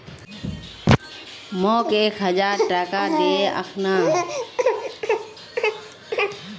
मोक एक हजार टका दे अखना